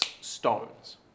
stones